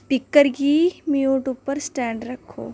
speaker गी mute उप्पर set करो